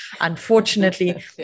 Unfortunately